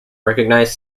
recognize